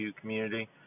community